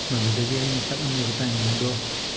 ꯃꯗꯨꯗꯒꯤ ꯑꯩꯅ ꯆꯠꯂꯝꯃꯤꯕ ꯇꯥꯏꯃꯤꯡꯗꯣ